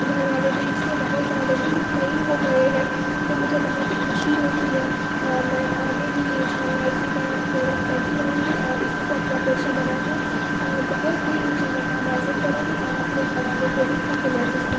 گھر والے بھی اس سے بہت زیادہ ہی مطمئن ہو گئے ہیں تو مجھے بہت ہی خوشی ہوتی ہے اور میں آگے بھی ان شاء اللہ اسی طرح محنت کرتی رہوں گی اور اسی کو اپنا پیشہ بنا کر بہت ہی اونچا مقام حاصل کروں گی اور اپنے گھر والوں کو بھی فخرمحسوس کر